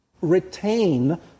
retain